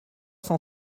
cent